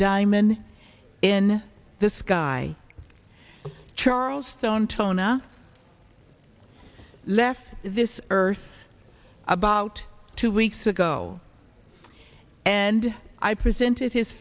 diamond in the sky charles stone tona left this earth about two weeks ago and i presented his